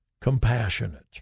compassionate